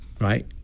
Right